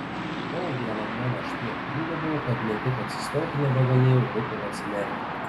kol vieną dieną aš tiek priliuobiau kad ne tik atsistoti nebegalėjau bet ir atsimerkti